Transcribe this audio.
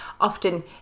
often